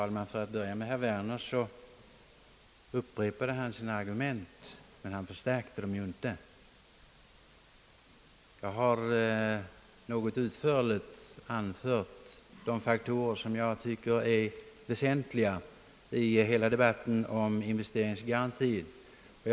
Herr talman! Herr Werner upprepade sina argument, men han förstärkte dem inte. Jag har något utförligt anfört de faktorer som jag tycker är väsentliga i debatten om investeringsgarantier.